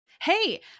Hey